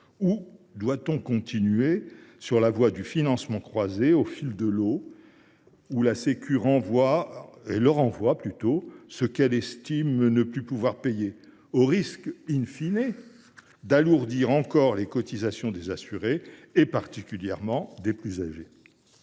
? Doit on continuer sur la voie du financement croisé, au fil de l’eau, la sécurité sociale leur renvoyant ce qu’elle estime ne plus pouvoir payer, au risque,, d’alourdir encore les cotisations des assurés, particulièrement des plus âgés ?